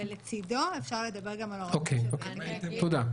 ולצידו אפשר לדבר גם על --- אוקיי, תודה.